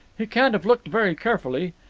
he can't have looked very carefully.